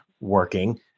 working